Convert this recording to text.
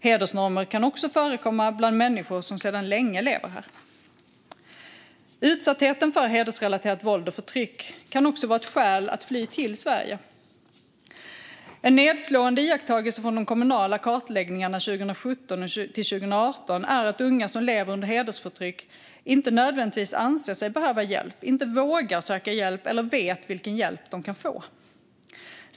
Hedersnormer kan också förekomma bland människor som sedan länge lever här. Utsatthet för hedersrelaterat våld och förtryck kan också vara ett skäl att fly till Sverige. En nedslående iakttagelse från de kommunala kartläggningarna 2017-2018 är att unga som lever under hedersförtryck inte nödvändigtvis anser sig behöva hjälp, inte vågar söka hjälp eller inte vet vilken hjälp de kan få.